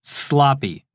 sloppy